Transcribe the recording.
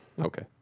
Okay